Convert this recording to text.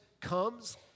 comes